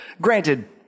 Granted